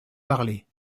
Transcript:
parler